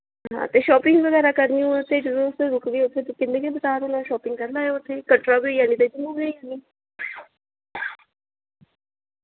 हां ते शॉपिंग बगैरा करनी होए ते जदूं तुस रुक गे उत्थै किन्ने गै बजार होना शापिंग करी लैओ उत्थै कटरा बी होई जाना ते इद्दरो बी होई जानी